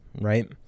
right